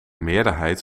meerderheid